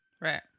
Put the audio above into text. right